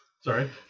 Sorry